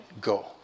go